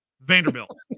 Vanderbilt